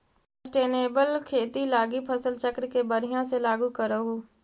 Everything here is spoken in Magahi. सस्टेनेबल खेती लागी फसल चक्र के बढ़ियाँ से लागू करहूँ